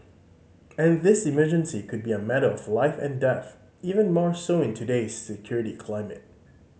and this emergency could be a matter of life and death even more so in today's security climate